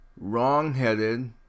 wrong-headed